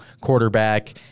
quarterback